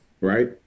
right